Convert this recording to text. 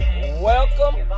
Welcome